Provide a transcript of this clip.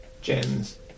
gems